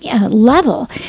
level